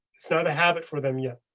it's not a habit for them yet,